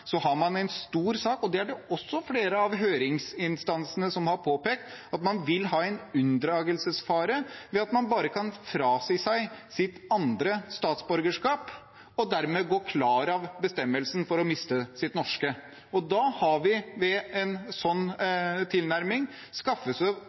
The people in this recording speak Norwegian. har man en stor sak. Det er det også flere av høringsinstansene som har påpekt, at man vil ha en unndragelsesfare ved at man bare kan frasi seg sitt andre statsborgerskap og dermed gå klar av bestemmelsen for å miste sitt norske. Da har vi ved en sånn